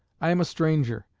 i am a stranger,